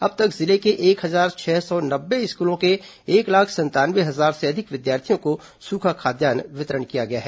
अब तक जिले के एक हजार छह सौ नब्बे स्कूलों के एक लाख संतानवे हजार से अधिक विद्यार्थियों को सूखा खाद्यान्न का वितरण किया गया है